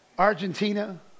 Argentina